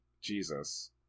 Jesus